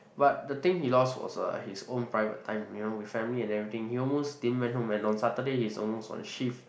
but the thing he lost was uh his own private time you know with family and everything he almost didn't went home and on Saturday he's almost on shift